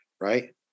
right